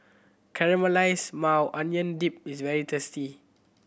Caramelized Maui Onion Dip is very tasty